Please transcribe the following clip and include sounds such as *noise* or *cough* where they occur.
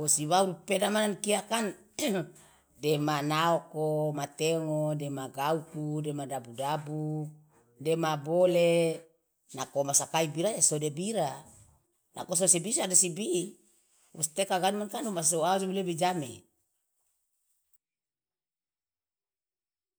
Wosi bau peda mane an kia kan *noise* dema naoko ma teongo dema gauku dema dabu dabu dema bole nako womasaki bira ya so de bira nako so sibi ya de sibi wostekaganu man kan wa ojomo lebe ijame. *noise*